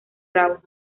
rabo